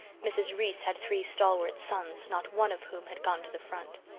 mrs. reese had three stalwart sons, not one of whom had gone to the front.